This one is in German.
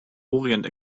orient